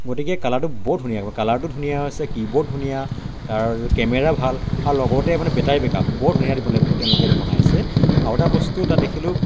গতিকে কালাৰটো বৰ ধুনীয়া কালাৰটো ধুনীয়া হৈছে কীব'ৰ্ড ধুনীয়া আৰু কেমেৰা ভাল আৰু লগতে মানে বেটাৰী বেকআপ বৰ ধুনীয়া লেপটপ এইটো তেওঁলোকে বনাইছে আৰু এটা বস্তু তাত দেখিলোঁ